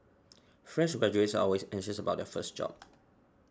fresh graduates are always anxious about their first job